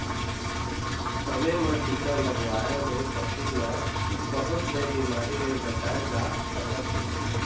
समे म टीका लगवाए ले पशु ल बहुत ले बिमारी ले बचाए जा सकत हे